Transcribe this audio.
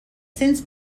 since